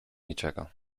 niczego